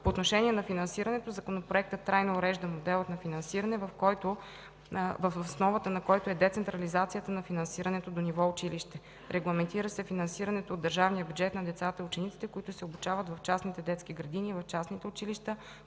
По отношение на финансирането Законопроектът трайно урежда модела на финансиране, в основата на който е децентрализацията на финансирането до ниво училище. Регламентира се финансирането от държавния бюджет на децата и учениците, които се обучават в частните детски градини и в частните училища,